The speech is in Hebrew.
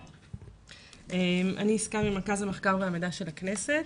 שלום, אני יסכה ממרכז המחקר והמידע של הכנסת.